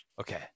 Okay